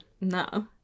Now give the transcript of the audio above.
No